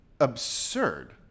absurd